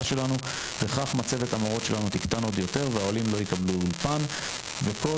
שלנו וכך מצבת המורית תפחת עוד יותר והעולים לא יקבלו אולפן וכל